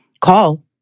call